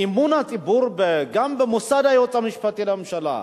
שאמון הציבור, גם במוסד היועץ המשפטי לממשלה,